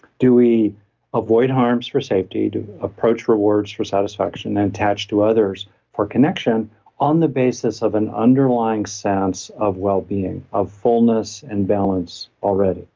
do we avoid harms for safety? do we approach rewards for satisfaction, then attach to others for connection on the basis of an underlying sense of wellbeing, of fullness and balance already,